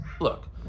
look